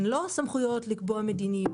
הן לא סמכויות לקבוע מדיניות.